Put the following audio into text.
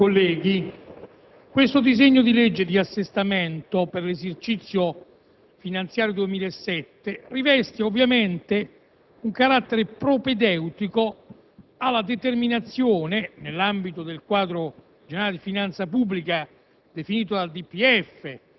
Signor Presidente, colleghi, il disegno di legge di assestamento per l'esercizio finanziario 2007 riveste ovviamente un carattere propedeutico